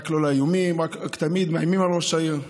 רק לא לאיומים, תמיד מאיימים על ראש העיר.